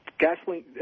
Gasoline